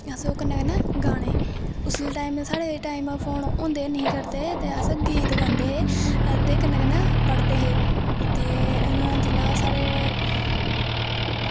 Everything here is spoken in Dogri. असें ओह् कन्नै कन्नै गाने उसलै टाईम साढ़े टाईम फोन होआ गै निं करदे हे अस गीत गांदे हे ते कन्नै कन्नै पढ़दे हे ते हून जि'यां साढ़े